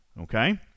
Okay